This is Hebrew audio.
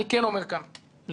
אני כן אומר כאן לכולם: